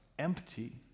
empty